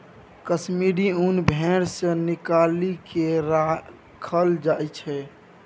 कश्मीरी ऊन भेड़ सँ निकालि केँ राखल जाइ छै